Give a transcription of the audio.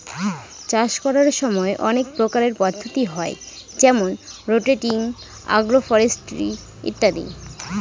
চাষ করার সময় অনেক প্রকারের পদ্ধতি হয় যেমন রোটেটিং, আগ্র ফরেস্ট্রি ইত্যাদি